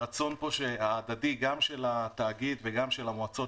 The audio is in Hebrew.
הרצון הדדי פה גם של התאגיד וגם של המועצות,